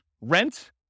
rent